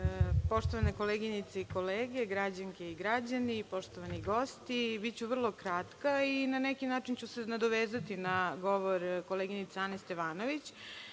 Hvala. Poštovane koleginice i kolege, građanke i građani, poštovani gosti, biću vrlo kratka i na neki način ću se nadovezati na govor koleginice Ane Stevanović.